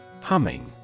Humming